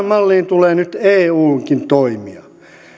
malliin tulee nyt eunkin toimia